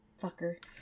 Fucker